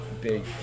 big